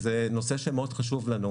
זה נושא שמאוד חשוב לנו.